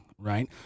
right